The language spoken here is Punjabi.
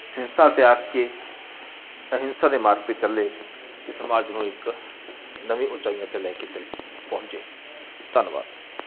ਹਿੰਸਾ ਤਿਆਗ ਕੇ ਅਹਿੰਸਾ ਦੇ ਮਾਰਗ 'ਤੇ ਚੱਲੇ ਅਤੇ ਸਮਾਜ ਨੂੰ ਇੱਕ ਨਵੀਂ ਉਚਾਈਆਂ 'ਤੇ ਲੈ ਕੇ ਚੱਲੇ ਪਹੁੰਚੇ ਧੰਨਵਾਦ